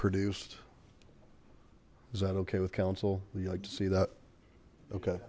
produced is that okay with council you like to see that okay